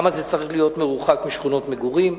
מה צריך להיות המרחק משכונות מגורים?